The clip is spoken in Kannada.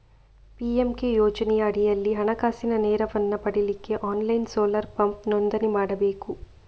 ಪಿ.ಎಂ.ಕೆ ಯೋಜನೆಯ ಅಡಿಯಲ್ಲಿ ಹಣಕಾಸಿನ ನೆರವನ್ನ ಪಡೀಲಿಕ್ಕೆ ಆನ್ಲೈನ್ ಸೋಲಾರ್ ಪಂಪ್ ನೋಂದಣಿ ಮಾಡ್ಬೇಕು